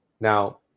Now